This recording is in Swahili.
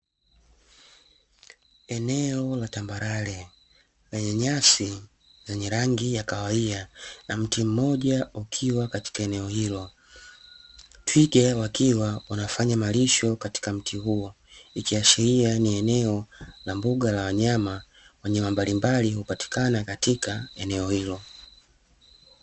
Eneo la tambarare lenye nyasi zenye rangi ya kahawia na mti mmoja ukiwa katika eneo hilo. twiga wakiwa wanafanya malisho katika mti huo ikiashiria ni eneo la mbuga ya wanyama, wanyama mbalimbali hupatikana katika eneo hilo.